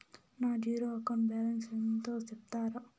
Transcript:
నా zero account balance ఎంతో సెప్తారా?